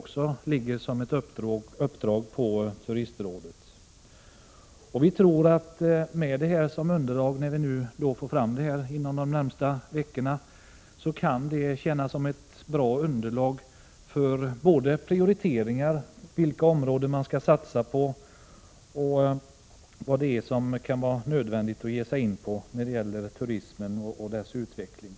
Detta underlag, som vi hoppas få fram under de närmaste veckorna, tror vi kan tjäna som ett bra underlag för vilka prioriteringar som skall göras — vilka områden man skall satsa på — och vad som kan vara nödvändigt att ge sig in på när det gäller turismen och dess utveckling.